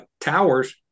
towers